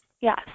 Yes